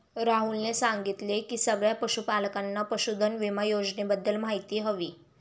राहुलने सांगितले की सगळ्या पशूपालकांना पशुधन विमा योजनेबद्दल माहिती हवी